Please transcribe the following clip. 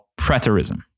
preterism